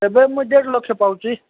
ଏବେ ମୁଁ ଦେଢ଼ ଲକ୍ଷ ପାଉଛି